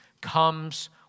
comes